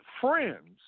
friends